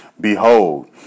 Behold